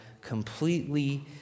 completely